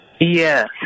Yes